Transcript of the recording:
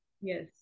yes